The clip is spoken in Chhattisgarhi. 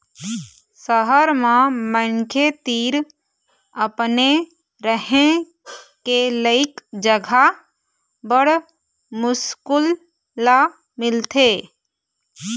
सहर म मनखे तीर अपने रहें के लइक जघा बड़ मुस्कुल ल मिलथे